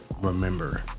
remember